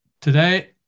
Today